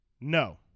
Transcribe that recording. no